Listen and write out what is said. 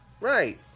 Right